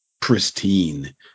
pristine